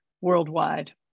worldwide